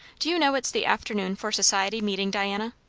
do you know it's the afternoon for society meeting, diana?